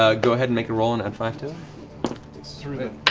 ah go ahead and make a roll and add five to sort of it.